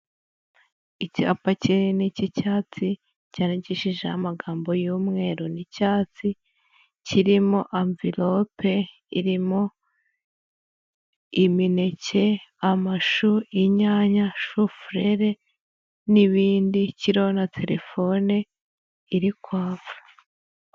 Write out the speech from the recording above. Icyapa kinini cy'icyatsi cyandikishijeho amagambo y'umweru n'icyatsi, kirimo amvirope irimo imineke, amashu, inyanya, shufurere n'ibindi, kiriho na telefone iri kwaka.